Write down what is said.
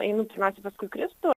einu pirmiausia paskui kristų